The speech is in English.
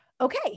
okay